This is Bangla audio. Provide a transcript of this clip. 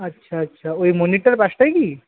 আচ্ছা আচ্ছা ওই মন্দিরটার পাশটায় কি